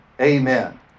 Amen